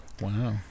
Wow